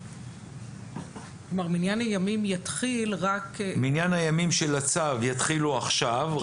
מניין הימים של הצו יתחילו עכשיו.